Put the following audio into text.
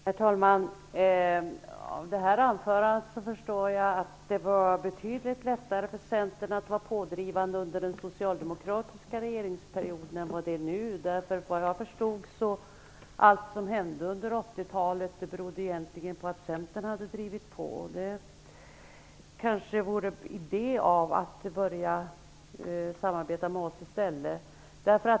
Herr talman! Av Lennart Brunanders anförande förstår jag att det var betydligt lättare för Centern att vara pådrivande under den socialdemokratiska regeringsperioden än vad det är nu. Vad jag förstod, berodde allt som hände under 80-talet egentligen på att Centern hade drivit på. Det kanske vore idé att börja samarbeta med oss i stället.